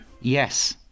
Yes